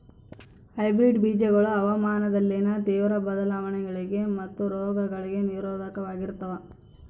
hybrid ಬೇಜಗಳು ಹವಾಮಾನದಲ್ಲಿನ ತೇವ್ರ ಬದಲಾವಣೆಗಳಿಗೆ ಮತ್ತು ರೋಗಗಳಿಗೆ ನಿರೋಧಕವಾಗಿರ್ತವ